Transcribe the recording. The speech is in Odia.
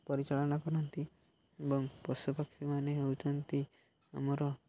ପରିଚଳନା କରନ୍ତି ଏବଂ ପଶୁପକ୍ଷୀମାନେ ହେଉଛନ୍ତି ଆମର